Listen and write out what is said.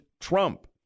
Trump